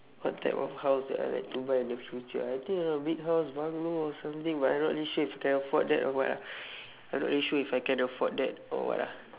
what type of house that I like to buy in the future I think around big house bungalow or something but I'm not really sure if I can afford that or what ah I'm not really sure if I can afford that or what ah